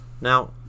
Now